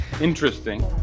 interesting